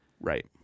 Right